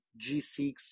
g6